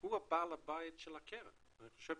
הוא בעל הבית של הקרן, אני חושב